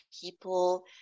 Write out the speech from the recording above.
people